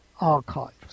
archives